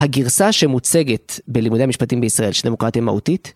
הגרסה שמוצגת בלימודי המשפטים בישראל של דמוקרטיה מהותית.